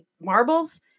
marbles